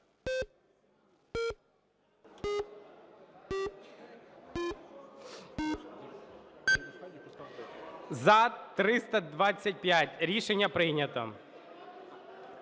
За – 325. Рішення прийнято.